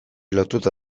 lotuta